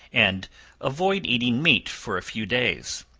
and avoid eating meat for a few days.